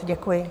Děkuji.